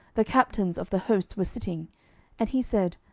the captains of the host were sitting and he said,